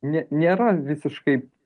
nė nėra visiškai